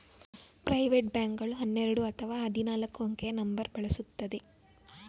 private bank ಗಳು ಹನ್ನೆರಡು ಅಥವಾ ಹದಿನಾಲ್ಕು ಅಂಕೆಯ ನಂಬರ್ ಬಳಸುತ್ತದೆ